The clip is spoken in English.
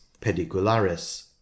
Pedicularis